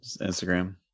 Instagram